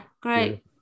Great